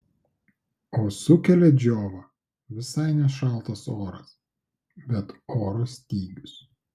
o sukelia džiovą visai ne šaltas oras bet oro stygius